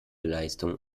leistungen